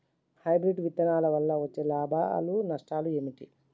Hybrid విత్తనాల వల్ల వచ్చే లాభాలు నష్టాలు ఏమిటి?